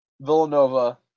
Villanova